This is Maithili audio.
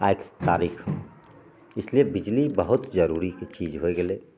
आइके तारीखमे इसलिये बिजली बहुत जरूरी चीज होइ गेलै